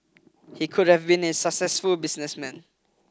he could have been a successful businessman